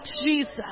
Jesus